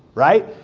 right?